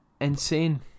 insane